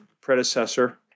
predecessor